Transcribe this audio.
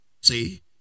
See